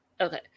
Okay